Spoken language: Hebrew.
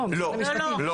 לא.